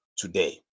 today